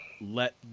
let